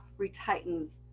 retightens